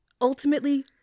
ultimately